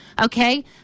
Okay